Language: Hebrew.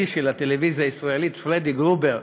של הטלוויזיה הישראלית פרדי גרובר,